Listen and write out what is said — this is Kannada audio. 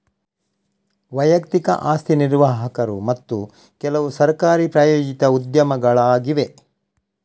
ವೈಯಕ್ತಿಕ ಆಸ್ತಿ ನಿರ್ವಾಹಕರು ಮತ್ತು ಕೆಲವುಸರ್ಕಾರಿ ಪ್ರಾಯೋಜಿತ ಉದ್ಯಮಗಳಾಗಿವೆ